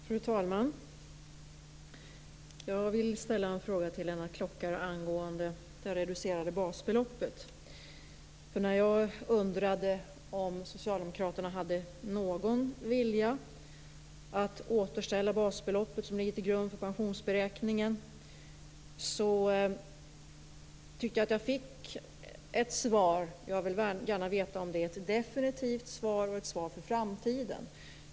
Fru talman! Jag vill ställa en fråga till Lennart Klockare angående det reducerade basbeloppet. När jag undrade om socialdemokraterna hade någon vilja att återställa basbeloppet, som ligger till grund för pensionsberäkningen, tyckte jag att jag fick ett svar. Jag vill gärna veta om det är ett definitivt svar och ett svar för framtiden.